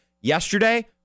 Yesterday